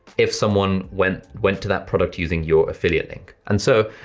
if someone went went to that product using your affiliate link. and so,